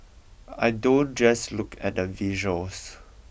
I don't just look at the visuals